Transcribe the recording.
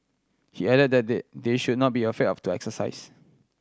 he added that they they should not be afraid to exercise